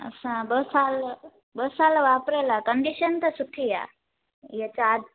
असां ॿ साल ॿ साल वापिरियल आहे कंडीशन त सुठी आहे इहो चा